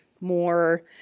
More